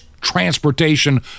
transportation